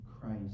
Christ